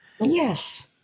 yes